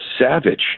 savage